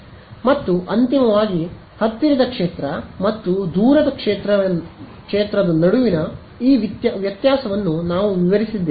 ಮತ್ತು ಅಂತಿಮವಾಗಿ ಹತ್ತಿರದ ಕ್ಷೇತ್ರ ಮತ್ತು ದೂರದ ಕ್ಷೇತ್ರದ ನಡುವಿನ ಈ ವ್ಯತ್ಯಾಸವನ್ನು ನಾವು ವಿವರಿಸಿದ್ದೇವೆ